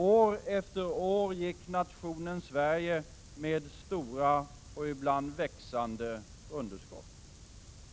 År efter år gick nationen Sverige med stora och ibland växande underskott.